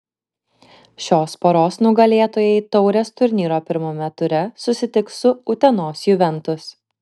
šios poros nugalėtojai taurės turnyro pirmame ture susitiks su utenos juventus